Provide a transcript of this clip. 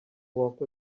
walked